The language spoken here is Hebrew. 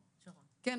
בבקשה,